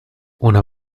una